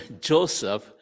Joseph